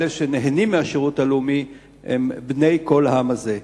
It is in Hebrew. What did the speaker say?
אלה שנהנים מהשירות הלאומי הם בני כל העם הזה.